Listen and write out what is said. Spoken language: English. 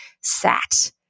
sat